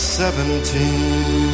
seventeen